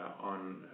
on